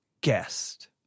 Guest